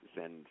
send